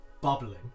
bubbling